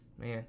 Man